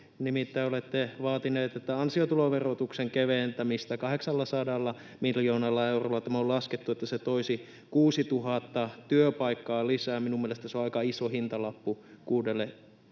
nimittäin olette vaatineet ansiotuloverotuksen keventämistä 800 miljoonalla eurolla. On laskettu, että se toisi 6 000 työpaikkaa lisää. Minun mielestäni se on aika iso hintalappu 6